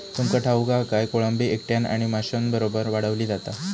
तुमका ठाऊक हा काय, कोळंबी एकट्यानं आणि माशांबरोबर वाढवली जाता